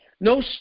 No